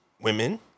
Women